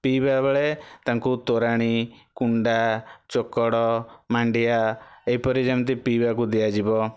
ପିଇବା ବେଳେ ତାଙ୍କୁ ତୋରାଣି କୁଣ୍ଡା ଚୋକଡ଼ ମାଣ୍ଡିଆ ଏହିପରି ଯେମିତି ପିଇବାକୁ ଦିଆଯିବ